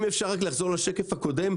אם אפשר לחזור לשקף הקודם,